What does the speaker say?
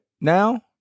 now